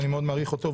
ואני מאוד מעריך אותו,